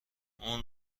اون